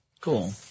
Cool